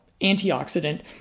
antioxidant